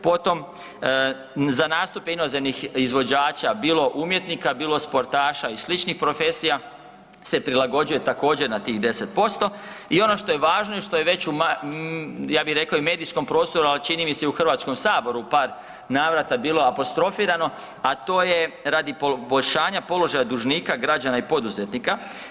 Potom, za nastupe inozemnih izvođača, bilo umjetnika bilo sportaša i sličnih profesija se prilagođuje također, na tih 10% i ono što je važno i što je već, ja bih rekao i medijskom prostoru, ali čini mi se i u Hrvatskom saboru u par navrata bilo apostrofirano, a to je radi poboljšanja položaja dužnika, građana i poduzetnika.